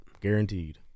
Guaranteed